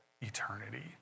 eternity